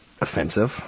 offensive